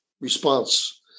response